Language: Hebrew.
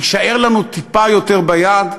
יישאר לנו טיפה יותר ביד,